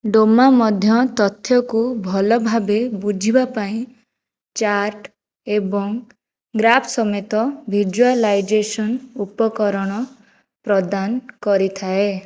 ଡୋମୋ ମଧ୍ୟ ତଥ୍ୟକୁ ଭଲ ଭାବେ ବୁଝିବା ପାଇଁ ଚାର୍ଟ ଏବଂ ଗ୍ରାଫ୍ ସମେତ ଭିଜୁଆଲାଇଜେସନ୍ ଉପକରଣ ପ୍ରଦାନ କରିଥାଏ